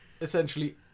essentially